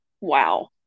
wow